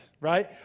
right